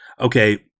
okay